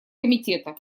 комитета